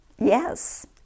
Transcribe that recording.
Yes